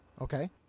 Okay